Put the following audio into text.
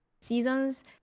seasons